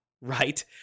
right